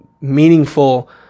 meaningful